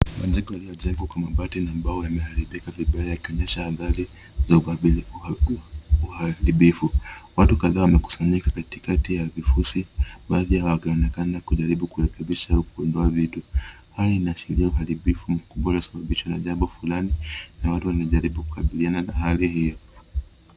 Majengo yalio jengwa kwa mabati na mbao yame haribika vibaya yakionyesha habari za uharibifu . Watu kadhaa wamekusanyika katikati ya vifusi baadhii yao wakijaribu kurekibisha au kuinua vitu, hali ina ashiria uharibifu mkubwa la usababisho flani na watu wana jaribu kukabiliana na hali hio.